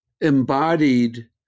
embodied